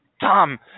Tom